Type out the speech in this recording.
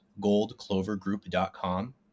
goldclovergroup.com